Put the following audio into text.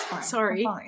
sorry